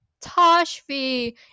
Toshvi